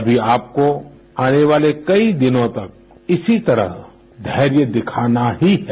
अमी आपको आने वाले कई दिनों तक इसी तरह धैर्य दिखाना ही है